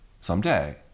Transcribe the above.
someday